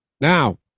Now